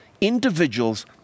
individuals